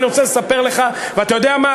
אני רוצה לספר לך, אתה יודע מה?